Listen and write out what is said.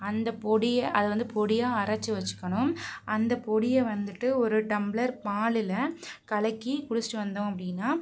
அந்த பொடியை அதை வந்து பொடியாக அரைச்சு வச்சுக்கணும் அந்த பொடியை வந்துட்டு ஒரு டம்ப்ளர் பாலில் கலக்கி குடிச்சிட்டு வந்தோம் அப்படின்னா